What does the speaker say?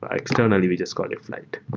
ah externally, we just call it flyte.